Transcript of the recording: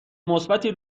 مثبتی